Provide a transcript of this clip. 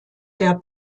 der